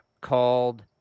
called